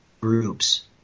groups